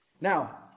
now